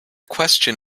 question